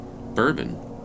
Bourbon